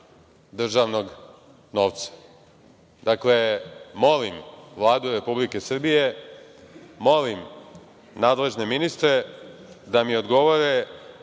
državnog novca? Dakle, molim Vladu Republike Srbije, molim nadležne ministre da mi odgovore